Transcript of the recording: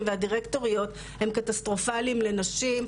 והדירקטוריות הם קטסטרופליים לנשים,